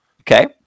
Okay